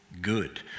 good